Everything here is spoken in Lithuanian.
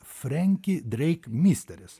frenki dreik misteris